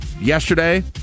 yesterday